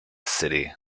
city